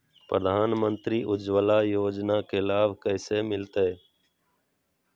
प्रधानमंत्री उज्वला योजना के लाभ कैसे मैलतैय?